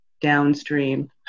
downstream